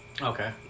Okay